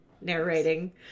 narrating